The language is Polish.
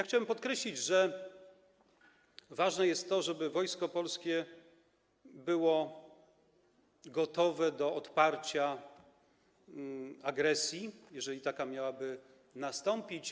Chciałbym podkreślić, że ważne jest to, żeby Wojsko Polskie było gotowe do odparcia agresji, jeżeli taka miałaby nastąpić.